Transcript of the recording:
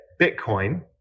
Bitcoin